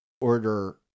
order